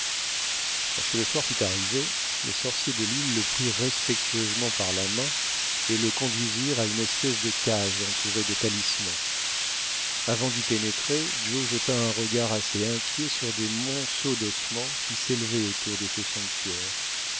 lorsque le soir fut arrivé les sorciers de l'île le prirent respectueusement par la main et le conduisirent à une espèce de case entourée de talismans avant d'y pénétrer joe jeta un regard assez inquiet sur des monceaux d'ossements qui s'élevaient autour de ce sanctuaire